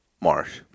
marsh